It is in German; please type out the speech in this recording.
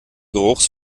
geruchs